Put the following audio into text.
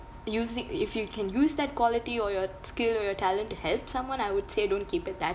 using if you can use that quality or your skill or your talent to help someone I would say don't keep it that